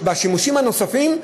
מהשימושים הנוספים,